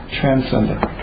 transcendent